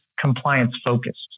compliance-focused